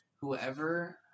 whoever